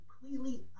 completely